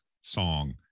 song